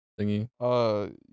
thingy